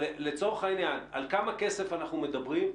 אבל, לצורך העניין, על כמה כסף אנחנו מדברים?